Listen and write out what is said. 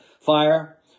fire